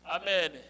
Amen